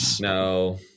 No